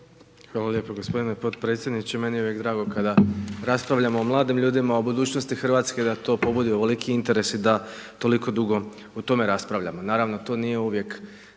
Hvala lijepo gospodine potpredsjedniče. Meni je uvijek drago kada raspravljamo o mladim ljudima, o budućnosti Hrvatske da to pobudi ovoliki interes i da toliko dugo o tome raspravljamo. Naravno to nije uvijek